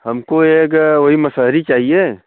हमको एक वही मसहरी चाहिए